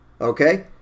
Okay